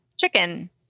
chicken